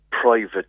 private